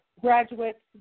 graduates